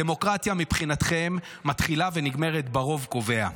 הדמוקרטיה מבחינתכם מתחילה ונגמרת ב"הרוב קובע",